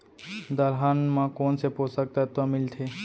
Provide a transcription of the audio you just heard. दलहन म कोन से पोसक तत्व मिलथे?